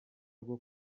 rwo